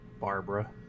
Barbara